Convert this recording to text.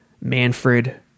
Manfred